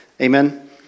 amen